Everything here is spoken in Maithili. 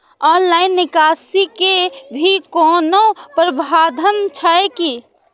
ऑनलाइन निकासी के भी कोनो प्रावधान छै की?